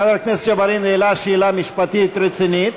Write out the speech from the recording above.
חבר הכנסת ג'בארין העלה שאלה משפטית רצינית.